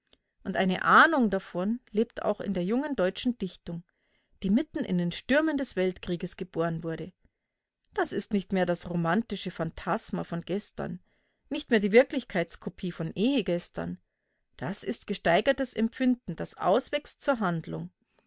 und eine ahnung davon lebt auch in der jungen deutschen dichtung die mitten in den stürmen des weltkrieges geboren wurde das ist nicht mehr das romantische phantasma von gestern nicht mehr die wirklichkeits-kopie von ehegestern das ist gesteigertes empfinden das auswächst zur handlung